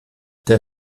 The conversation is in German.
der